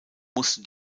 musste